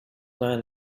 man